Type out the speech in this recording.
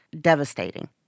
devastating